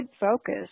focus